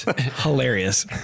hilarious